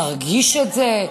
מרגיש את זה?